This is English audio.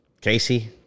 Casey